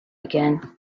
again